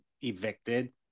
evicted